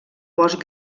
bosc